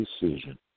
decision